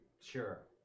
Sure